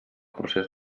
procés